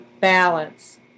balance